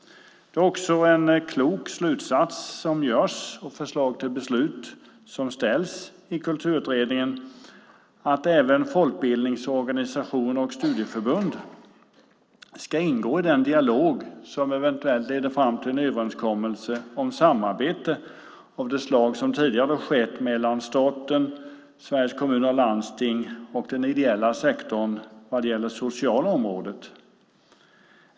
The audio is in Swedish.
Det är en klok slutsats som görs och ett bra förslag till beslut som framförs i Kulturutredningen att även folkbildningsorganisationer och studieförbund ska ingå i den dialog som eventuellt leder fram till en överenskommelse om samarbete av det slag som tidigare skett mellan staten, Sveriges Kommuner och Landsting och den ideella sektorn vad gäller det sociala området.